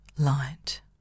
light